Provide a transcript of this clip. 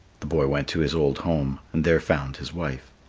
the boy went to his old home and there found his wife.